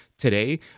Today